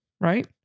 right